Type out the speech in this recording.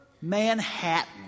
Manhattan